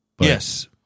Yes